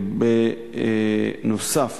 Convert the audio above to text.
בנוסף,